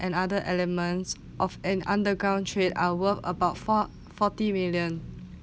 and other elements of an underground trade are worth about fou~ forty million